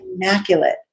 immaculate